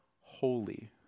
holy